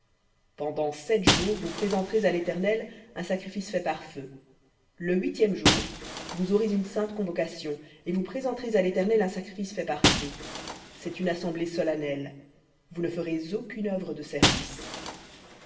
pendant sept jours vous présenterez à l'éternel un sacrifice fait par feu le huitième jour vous aurez une sainte convocation et vous présenterez à l'éternel un sacrifice fait par feu c'est une assemblée solennelle vous ne ferez aucune œuvre de service